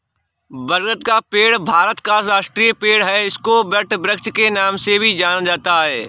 बरगद का पेड़ भारत का राष्ट्रीय पेड़ है इसको वटवृक्ष के नाम से भी जाना जाता है